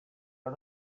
are